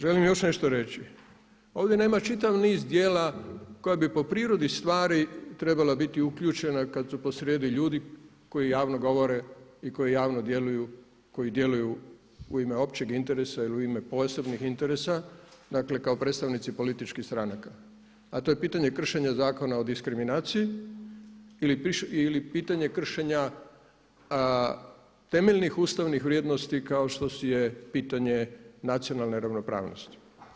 Želim još nešto reći, ovdje nema čitav niz djela koja bi po prirodi stvari trebala biti uključena kad su posrijedi ljudi koji javno govore i koji javno djeluju, koji djeluju u ime općeg interesa ili u ime posebnih interesa, dakle kao predstavnici političkih stranaka, a to je pitanje kršenja Zakona o diskriminaciji ili pitanje kršenja temeljnih ustavnih vrijednosti kao što je pitanje nacionalne ravnopravnosti.